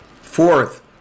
Fourth